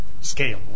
scale